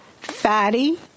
Fatty